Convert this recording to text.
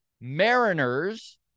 Mariners